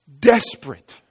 Desperate